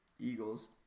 Eagles